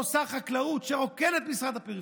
אותו שר חקלאות, שרוקן את משרד הפריפריה.